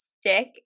stick